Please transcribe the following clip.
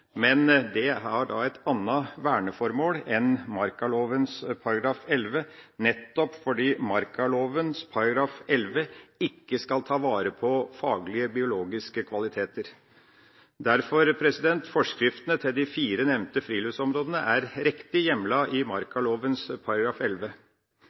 men den har et annet verneformål enn markaloven § 11, nettopp fordi markaloven § 11 ikke skal ivareta faglige, biologiske kvaliteter. Forskriftene til de fire nevnte friluftsområdene er derfor riktig hjemlet i